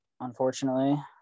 unfortunately